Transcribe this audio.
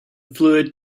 fluid